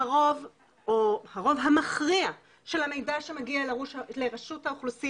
לרוב או הרוב המכריע של המידע שמגיע לרשות האוכלוסין